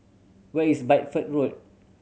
where is Bideford Road